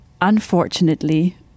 Unfortunately